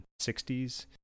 60s